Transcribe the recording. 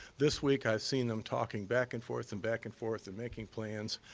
this week, i've seen them talking back and forth and back and forth and making plans.